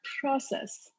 process